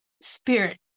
Spirit